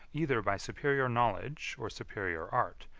either by superior knowledge, or superior art,